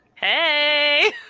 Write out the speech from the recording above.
Hey